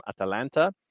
Atalanta